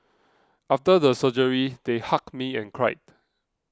after the surgery they hugged me and cried